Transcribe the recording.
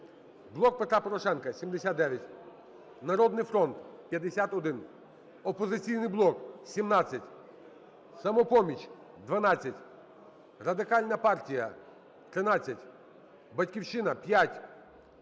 "Блок Петра Порошенка" – 74, "Народний фронт" – 60, "Опозиційний блок" – 0, "Самопоміч" – 12, Радикальна партія – 14, "Батьківщина" – 7,